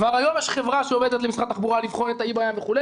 כבר היום יש חברה שעובדת עבור משרד התחבורה לבחינת האי בים וכו',